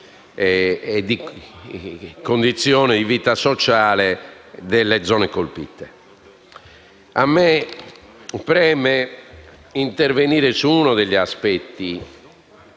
delle condizioni di vita sociale nelle zone colpite. Mi preme intervenire su un aspetto